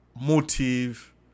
motive